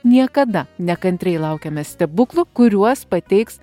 niekada nekantriai laukiame stebuklų kuriuos pateiks